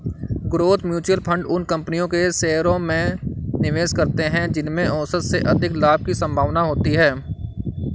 growth mutual fund उन कंपनियों के शेयरों में निवेश करते हैं जिनमें औसत से अधिक लाभ की संभावना होती है